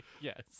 Yes